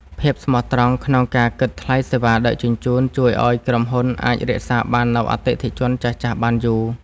ភាពស្មោះត្រង់ក្នុងការគិតថ្លៃសេវាដឹកជញ្ជូនជួយឱ្យក្រុមហ៊ុនអាចរក្សាបាននូវអតិថិជនចាស់ៗបានយូរ។